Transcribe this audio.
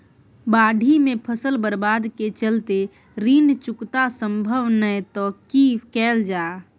बाढि में फसल बर्बाद के चलते ऋण चुकता सम्भव नय त की कैल जा?